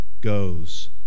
goes